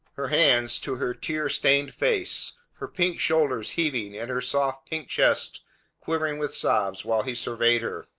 her hands to her tear-stained face, her pink shoulders heaving and her soft, pink chest quivering with sobs, while he surveyed her.